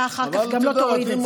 אתה אחר כך גם לא תוריד את זה.